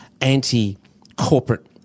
anti-corporate